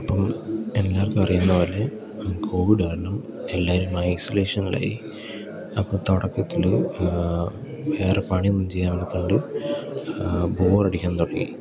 അപ്പം എല്ലാവർക്കും അറിയുന്നത് പോലെ കോവിഡ് കാരണം എല്ലാവരും ഐസൊലേഷനിലായി അപ്പം തുടക്കത്തിൽ വേറെ പണി ഒന്നും ചെയ്യാൻ മെലാത്തോണ്ട് ബോറടിക്കാൻ തുടങ്ങി